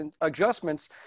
adjustments